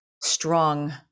strong